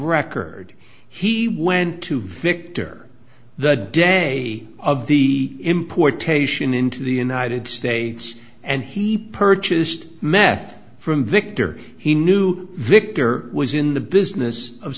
record he went to victor the day of the importation into the united states and he purchased meth from victor he knew victor was in the business of